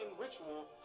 ritual